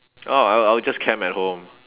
orh I'll I'll just camp at home